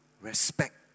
respect